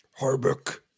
Harbuck